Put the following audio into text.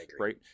right